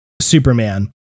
superman